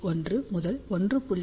1 முதல் 1